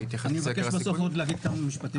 אני מבקש בסוף להגיד עוד כמה משפטים.